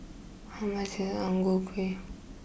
how much is Ang Ku Kueh